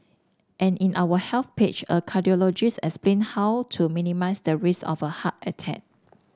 and in our health page a cardiologist explain how to minimise the risk of a heart attack